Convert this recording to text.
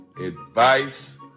advice